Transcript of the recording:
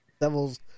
devils